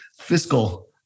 fiscal